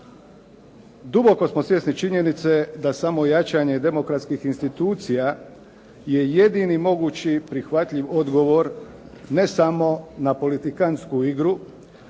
Duboko smo svjesni činjenice da samo jačanje demokratskih institucija je jedini mogući prihvatljiv odgovor, ne samo na politikantsku igru